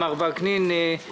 מר וקנין, אנחנו,